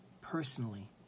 personally